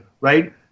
right